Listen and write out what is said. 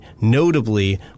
notably